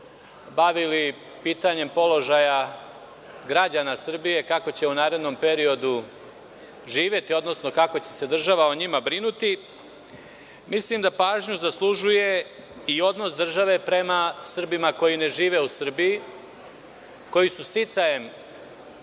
bavili pitanjem položaja građana Srbije i kako će u narednom periodu živeti, odnosno kako će se država o njima brinuti, mislim da pažnju zaslužuje i odnos države prema Srbima koji ne žive u Srbiji, koji su sticajem